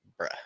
bruh